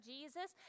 Jesus